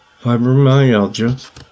fibromyalgia